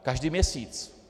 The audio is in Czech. Každý měsíc.